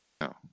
no